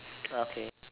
okay